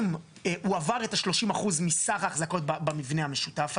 אם הוא עבר את 30 האחוזים מסך האחזקות במבנה המשותף הזה,